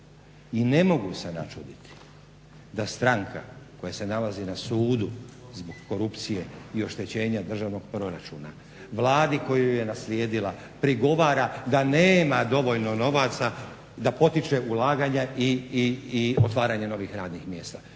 i ne mogu se načuditi da stranka koja se nalazi na sudu zbog korupcije i oštećenja državnog proračuna, Vladi koja ju je naslijedila prigovara da nema dovoljno novaca da potiče ulaganja i otvaranje novih radnih mjesta.